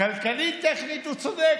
כלכלית-טכנית הוא צודק.